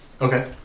Okay